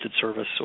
service